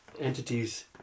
entities